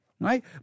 right